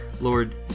Lord